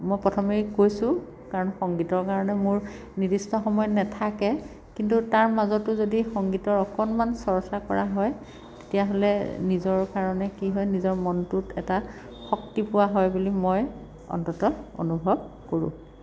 মই প্ৰথমে কৈছোঁ কাৰণ সংগীতৰ কাৰণে মোৰ নিৰ্দিষ্ট সময় নেথাকে কিন্তু তাৰ মাজতো যদি সংগীতৰ অকণমান চৰ্চা কৰা হয় তেতিয়াহ'লে নিজৰ কাৰণে কি হয় নিজৰ মনটোত এটা শক্তি পোৱা হয় বুলি মই অন্তত অনুভৱ কৰোঁ